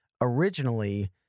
originally